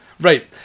right